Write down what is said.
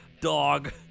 Dog